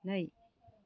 नै